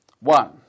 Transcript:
One